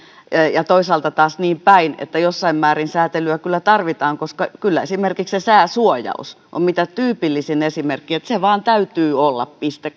ja toisaalta taas niinpäin että jossain määrin säätelyä kyllä tarvitaan koska kyllä esimerkiksi sääsuojaus on mitä tyypillisin esimerkki että se vain täytyy olla piste